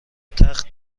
تخت